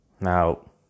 Now